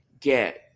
get